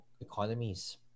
economies